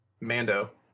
Mando